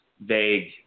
Vague